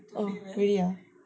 oh really ah